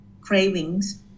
cravings